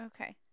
Okay